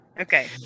okay